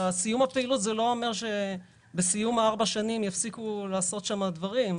סיום הפעילות לא אומר שבסיום 4 שנים יפסיקו לעשות שם דברים.